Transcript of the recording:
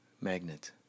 magnet